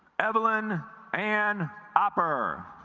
evelyn and hopper